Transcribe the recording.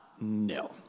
no